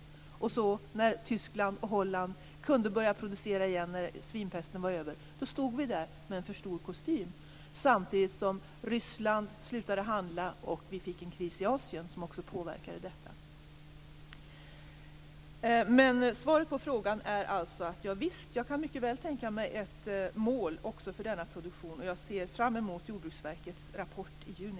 Men när svinpesten var över och Tyskland och Holland återigen kunde börja producera stod vi där med en för stor kostym, samtidigt som Ryssland slutade handla och vi fick en kris i Asien som också påverkade detta. Svaret på Gudrun Lindvalls fråga är alltså: Javisst, jag kan mycket väl tänka mig ett mål också för denna produktion och jag ser fram emot Jordbruksverkets rapport i juni.